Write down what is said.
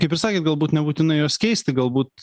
kaip ir sakėt galbūt nebūtinai juos keisti galbūt